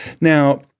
Now